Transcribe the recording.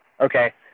Okay